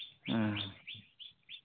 ᱦᱩᱸ